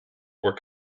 were